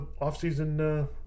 offseason